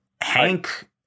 Hank